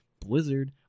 Blizzard